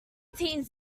teens